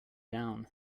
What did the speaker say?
down